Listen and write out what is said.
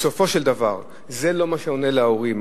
בסופו של דבר זה לא מה שעונה להורים.